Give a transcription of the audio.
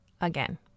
again